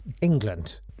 England